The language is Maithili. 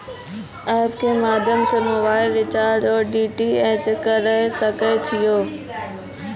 एप के माध्यम से मोबाइल रिचार्ज ओर डी.टी.एच रिचार्ज करऽ सके छी यो?